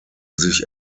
sich